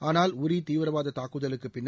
ஆனால் உரி தீவிரவாத தாக்குதலுக்கு பின்னர்